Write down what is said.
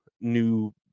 new